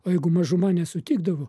o jeigu mažuma nesutikdavo